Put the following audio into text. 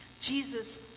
Jesus